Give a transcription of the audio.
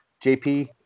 JP